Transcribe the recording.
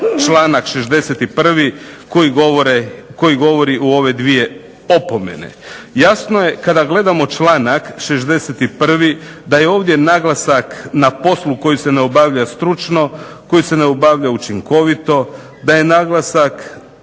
članak 61. koji govori u ove dvije opomene. Jasno je kada gledamo članak 61. da je ovdje naglasak na poslu koji se ne obavlja stručno, koji se ne obavlja učinkovito, da je naglasak